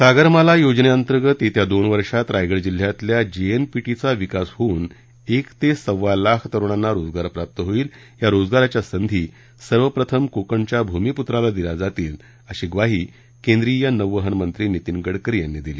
सागरमाला योजनेअंतर्गत येत्या दोन वर्षात रायगड जिल्ह्यातल्या जे एन पी टी चा विकास होऊन एक ते सवा लाख तरुणांना रोजगार प्राप्त होईल या रोजगाराच्या संधी सर्वप्रथम कोकणच्या भूमिपुत्राला दिल्या जातील अशी ग्वाही केंद्रीय नौवहन मंत्री नितीन गडकरी यांनी दिली